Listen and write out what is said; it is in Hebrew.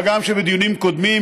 מה גם שבדיונים קודמים,